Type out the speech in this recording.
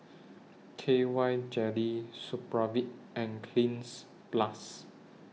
K Y Jelly Supravit and Cleanz Plus